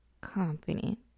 confident